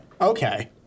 Okay